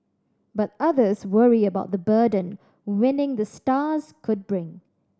but others worry about the burden winning the stars could bring